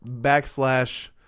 backslash